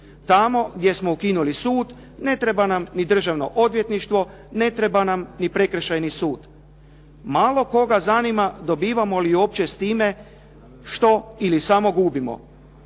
tamo gdje smo ukinuli sud ne treba nam ni državno odvjetništvo, ne treba nam ni prekršajni sud. Malo koga zanima dobivamo li uopće s time što ili samo gubimo,